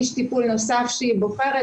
איש טיפול נוסף שהיא בוחרת,